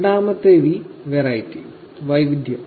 രണ്ടാമത്തെ വി വെറൈറ്റി വൈവിധ്യം